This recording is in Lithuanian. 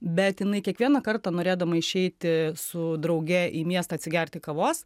bet jinai kiekvieną kartą norėdama išeiti su drauge į miestą atsigerti kavos